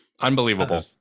Unbelievable